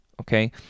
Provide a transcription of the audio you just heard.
okay